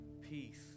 Peace